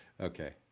Okay